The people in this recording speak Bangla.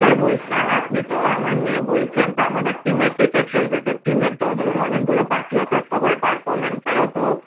স্যার বলছিলাম আপনি তো আমার নিয়ে বলছেন তো আমাদের টিমে কে কে খেলবে স্যার টিমে তো ধরুন অনেকগুলো পার্টি আছে আর সবার পারফর্মেন্স স্যার অত